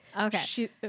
Okay